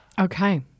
Okay